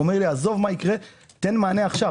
הוא אמר: עזוב מה יקרה, תן מענה עכשיו.